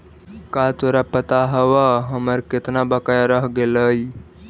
का तोरा पता हवअ हमर केतना बकाया रह गेलइ